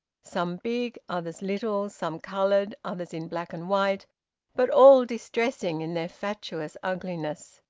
some big, others little, some coloured, others in black-and-white, but all distressing in their fatuous ugliness.